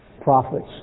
prophets